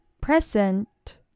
Present